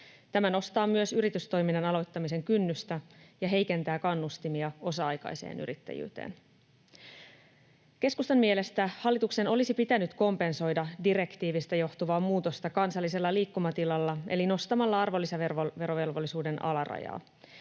Tämä nostaa myös yritystoiminnan aloittamisen kynnystä ja heikentää kannustimia osa-aikaiseen yrittäjyyteen. Keskustan mielestä hallituksen olisi pitänyt kompensoida direktiivistä johtuvaa muutosta kansallisella liikkumatilalla eli nostamalla arvonlisäverovelvollisuuden alarajaa.